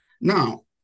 Now